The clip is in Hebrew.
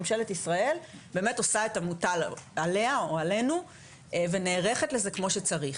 ממשלת ישראל באמת עושה את המוטל עליה או עלינו ונערכת לזה כמו שצריך,